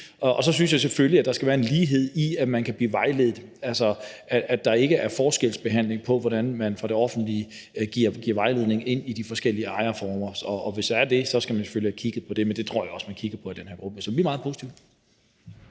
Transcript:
Og så synes jeg selvfølgelig, at der skal være en lighed i, at man kan blive vejledt, altså at der ikke er forskelsbehandling, i forhold til hvordan man fra det offentlige giver vejledning i de forskellige ejerformer, og hvis der er det, skal vi selvfølgelig have kigget på det. Men det tror jeg også man kigger på i den her gruppe, så vi er meget positive.